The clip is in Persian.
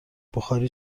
بخاری